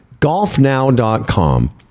golfnow.com